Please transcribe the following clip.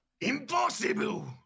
Impossible